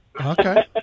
Okay